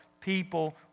people